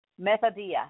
methodia